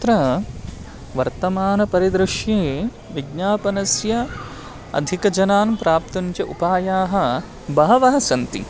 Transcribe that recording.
तत्र वर्तमानपरिदृश्ये विज्ञापनस्य अधिकजनान् प्राप्तुं च उपायाः बहवः सन्ति